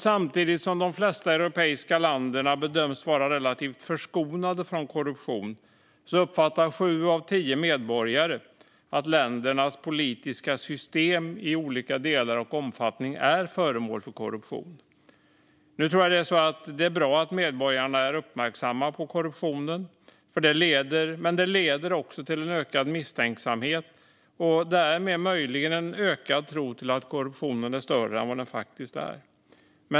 Samtidigt som de flesta europeiska länder bedöms vara relativt förskonade från korruption uppfattar nämligen sju av tio medborgare att ländernas politiska system i olika delar och omfattning är föremål för korruption. Det är bra att medborgare är uppmärksamma på korruption, men jag tror att det också leder till en ökad misstänksamhet och därmed möjligen en ökad tro att korruptionen är större än den faktiskt är.